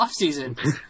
offseason